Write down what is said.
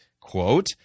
quote